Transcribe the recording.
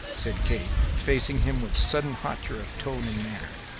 said kate, facing him with sudden hauteur of tone and manner,